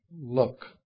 look